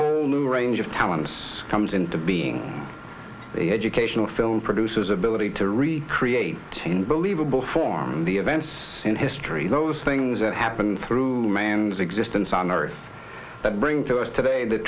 whole new range of talents comes in being the educational film produces ability to recreate in believable form the events in history those things that happened through a man's existence on earth that bring to us today th